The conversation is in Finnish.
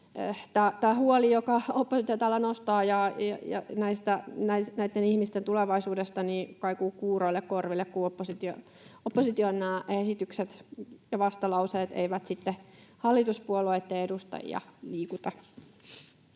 huoli, jonka oppositio täällä nostaa näitten ihmisten tulevaisuudesta, kaikuu kuuroille korville, kun nämä opposition esitykset ja vastalauseet eivät sitten hallituspuolueitten edustajia liikuta.